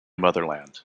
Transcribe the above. motherland